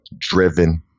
driven